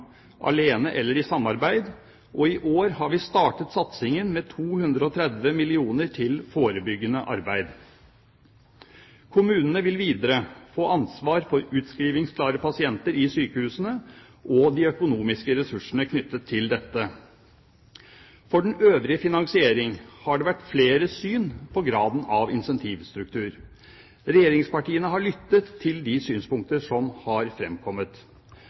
alene eller i samarbeid, og i år har vi startet satsingen med 230 mill. kr til forebyggende arbeid. Kommunene vil videre få ansvar for utskrivingsklare pasienter i sykehusene og de økonomiske ressursene knyttet til dette. For den øvrige finansiering har det vært flere syn på graden av incentivstruktur. Regjeringspartiene har lyttet til de synspunkter som har fremkommet.